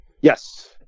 yes